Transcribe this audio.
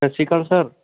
ਸਤਿ ਸ਼੍ਰੀ ਅਕਾਲ ਸਰ